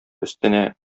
өстенә